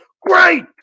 great